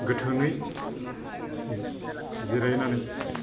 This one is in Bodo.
गोथोङै जिरायनानै